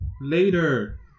later